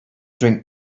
drink